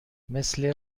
مثل